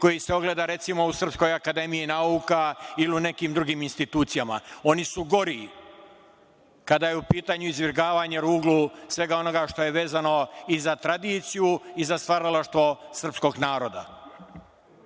koji se ogleda, recimo, u Srpskoj akademiji nauka ili u nekim drugim institucijama, oni su gori kada je u pitanju izvrgavanje ruglu svega onoga što je vezano i za tradiciju i za stvaralaštvo srpskog naroda. Da